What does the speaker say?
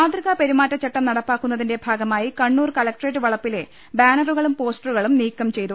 മാതൃകാ പെരുമാറ്റച്ചട്ടം നടപ്പാക്കുന്നതിന്റെ ഭാഗമായി കണ്ണൂർ കളക്ടറേറ്റ് വളപ്പിലെ ബാനറുകളും പോസ്റ്ററുകളും നീക്കം ചെയ്തു